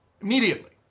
Immediately